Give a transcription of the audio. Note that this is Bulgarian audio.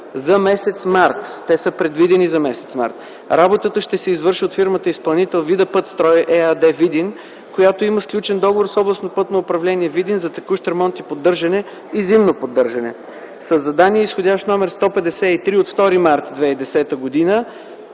за месец март. Предвидени са за месец март! Работата ще се извърши от фирмата-изпълнител „Видапътстрой” ЕАД, Видин, която има сключен договор с Областното пътно управление, Видин за текущ ремонт и поддържане и зимно поддържане. Със задание изходящ № 153/2 март 2010 г.